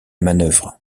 manœuvre